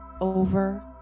over